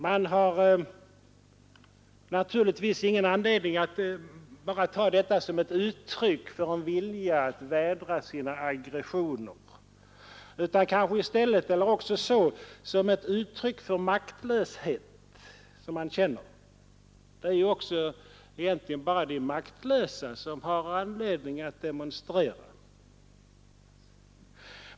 Det finns naturligtvis ingen anledning att ta detta som ett uttryck för en vilja att vädra aggressioner, utan det bör i stället uppfattas som ett uttryck för maktlöshet. Det är egentligen bara de maktlösa som har anledning att demonstrera.